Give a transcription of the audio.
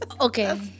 Okay